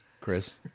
Chris